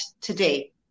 today